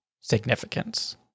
significance